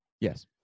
Yes